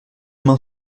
main